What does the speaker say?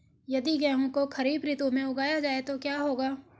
यदि गेहूँ को खरीफ ऋतु में उगाया जाए तो क्या होगा?